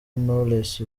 knowless